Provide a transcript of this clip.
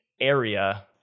area